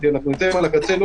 -- אנחנו נמצאים על הקצה.